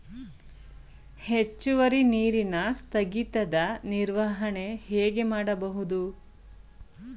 ಹೆಚ್ಚುವರಿ ನೀರಿನ ಸ್ಥಗಿತದ ನಿರ್ವಹಣೆ ಹೇಗೆ ಮಾಡಬಹುದು?